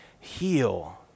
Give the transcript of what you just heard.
heal